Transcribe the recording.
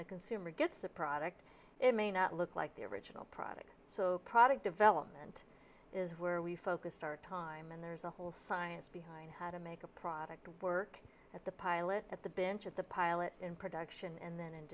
the consumer gets the product it may not look like the original product so product development is where we focused our time and there's a whole science behind how to make a product work at the pilot at the binge of the pilot in production and then ind